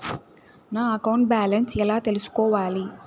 నా account balance ఎలా తెల్సుకోవాలి